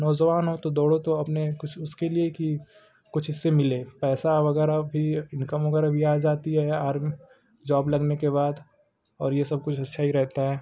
नौज़वान हो तो दौड़ो तो अपने कुछ उसके लिए कि कुछ इससे मिले पैसा वगैरह भी इनकम वगैरह भी आ ज़ाती है आर्मी जॉब लगने के बाद और ये सब कुछ अच्छा ही रहता है